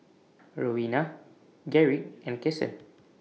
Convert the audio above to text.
Roena Garrick and Kasen